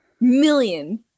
million